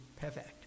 perfect